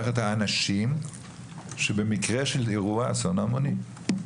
את האנשים במקרה של אירוע אסון המוני.